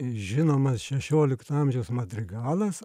žinomas šešiolikto amžiaus madrigalas